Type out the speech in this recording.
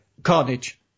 carnage